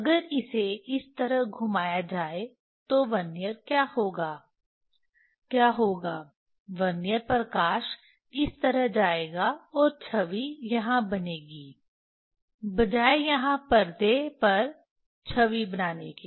अगर इसे इस तरह घुमाया जाए तो वर्नियर क्या होगा क्या होगा वर्नियर प्रकाश इस तरह जाएगा और छवि यहां बनेगी बजाय यहां पर्दे पर छवि बनाने के